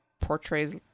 portrays